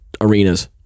arenas